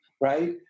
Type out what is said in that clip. right